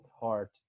heart